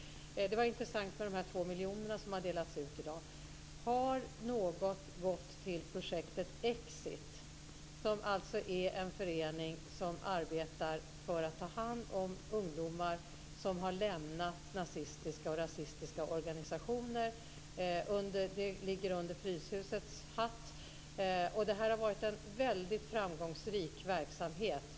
Det var intressant med de 2 miljonerna som har delats ut i dag. Har några av dessa pengar gått till projektet Exit, som alltså är en förening som arbetar för att ta hand om ungdomar som har lämnat nazistiska och rasistiska organisationer? Exit ligger under Fryshusets hatt, och det har varit en väldigt framgångsrik verksamhet.